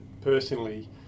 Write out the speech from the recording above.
personally